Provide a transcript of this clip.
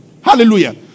Hallelujah